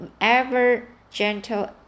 ever-gentle